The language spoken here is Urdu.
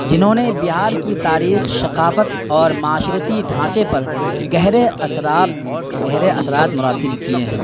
جنہوں نے بہار کی تاریخ ثقافت اور معاشرتی ڈھانچے پر گہرے اثرات گہرے اثرات مرتب کیے ہیں